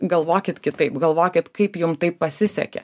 galvokit kitaip galvokit kaip jum taip pasisekė